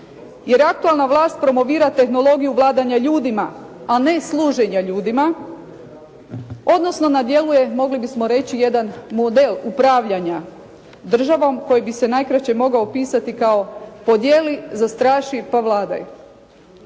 jer aktualna vlas promovira tehnologiju vladanja ljudima, a ne služenja ljudima, odnosno na djelu je mogli bismo reći jedan model upravljanja državnom koji bi se najkraće mogao opisati kao podijeli, zastraši, pa vladaj.